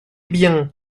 bien